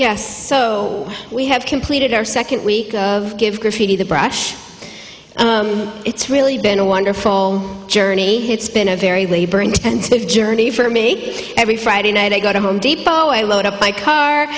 yes so we have completed our second week of give graffiti the brush it's really been a wonderful journey it's been a very labor intensive journey for me every friday night i go to home depot i load up my car